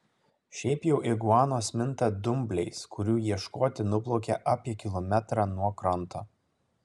šiaip jau iguanos minta dumbliais kurių ieškoti nuplaukia apie kilometrą nuo kranto